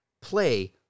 play